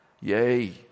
Yay